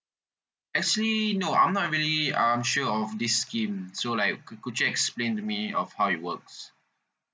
actually no I'm not really um sure of this scheme so like could could you explain to me of how it works